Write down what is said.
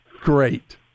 Great